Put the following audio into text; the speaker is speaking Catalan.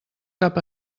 cap